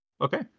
Okay